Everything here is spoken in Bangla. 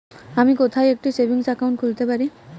আমি কোথায় একটি সেভিংস অ্যাকাউন্ট খুলতে পারি?